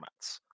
Formats